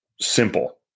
simple